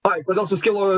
ai kodėl suskilo